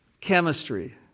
Chemistry